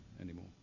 anymore